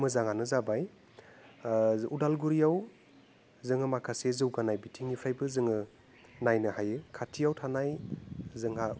मोजाङानो जाबाय अदालगुरियाव जोङो माखासे जौगानाय बिथिंनिफ्रायबो जोङो नायनो हायो खाथियाव थानाय जोंहा